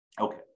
Okay